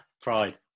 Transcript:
Pride